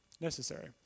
necessary